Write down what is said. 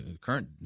current